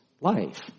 life